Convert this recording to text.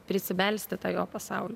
prisibelsti į tą jo pasaulį